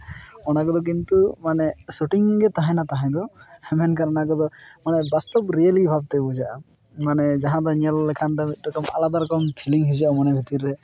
ᱚᱱᱟ ᱠᱚᱫᱚ ᱠᱤᱱᱛᱩ ᱢᱟᱱᱮ ᱥᱩᱴᱤᱝ ᱜᱮ ᱛᱟᱦᱮᱱᱟ ᱛᱟᱦᱮᱸ ᱫᱚ ᱢᱮᱱᱠᱷᱟᱱ ᱚᱱᱟ ᱠᱚᱫᱚ ᱵᱟᱥᱛᱚᱵ ᱨᱤᱭᱮᱞᱤ ᱵᱷᱟᱵᱛᱮ ᱵᱩᱡᱷᱟᱹᱜᱼᱟ ᱢᱟᱱᱮ ᱡᱟᱦᱟᱸ ᱫᱚ ᱧᱮᱞ ᱞᱮᱠᱷᱟᱱ ᱫᱚ ᱮᱠᱴᱩ ᱟᱞᱟᱫᱟ ᱨᱚᱠᱚᱢ ᱯᱷᱤᱞᱤᱝ ᱦᱤᱡᱩᱜᱼᱟ ᱢᱚᱱᱮ ᱵᱷᱤᱛᱤᱨ ᱨᱮ